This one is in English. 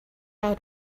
out